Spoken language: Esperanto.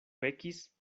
pekis